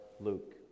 Luke